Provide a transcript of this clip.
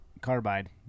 carbide